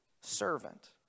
servant